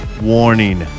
warning